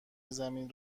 زمین